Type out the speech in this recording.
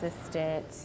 assistant